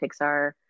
Pixar